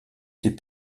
ces